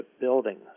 building